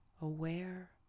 aware